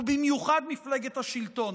ובמיוחד מפלגת השלטון,